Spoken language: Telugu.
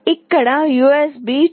ఇక్కడ USB 2